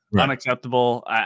unacceptable